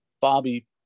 Bobby